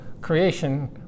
creation